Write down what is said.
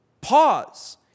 Pause